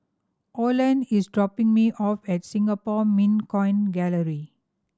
Oland is dropping me off at Singapore Mint Coin Gallery